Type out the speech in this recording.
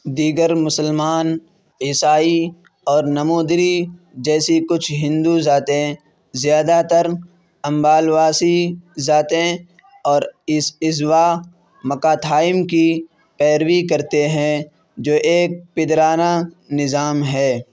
دیگر مسلمان عیسائی اور نمبودری جیسی کچھ ہندو ذاتیں زیادہ تر امبالواسی ذاتیں اور ایزوا مکاتھائم کی پیروی کرتے ہیں جو ایک پدرانہ نظام ہے